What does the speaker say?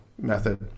method